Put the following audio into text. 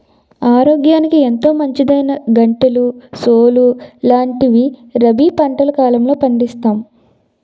ఆరోగ్యానికి ఎంతో మంచిదైనా గంటెలు, సోలు లాంటివి రబీ పంటల కాలంలో పండిస్తాం